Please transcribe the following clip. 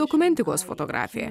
dokumentikos fotografija